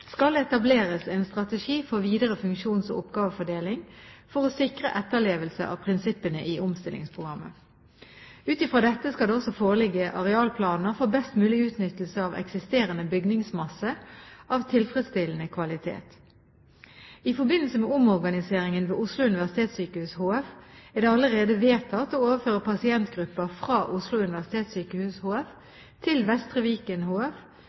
skal etableres en strategi for videre funksjons- og oppgavefordeling for å sikre etterlevelse av prinsippene i omstillingsprogrammet. Ut i fra dette skal det også foreligge arealplaner for best mulig utnyttelse av eksisterende bygningsmasse av tilfredsstillende kvalitet. I forbindelse med omorganiseringen ved Oslo universitetssykehus HF er det allerede vedtatt å overføre pasientgrupper fra Oslo universitetssykehus HF til Vestre Viken HF,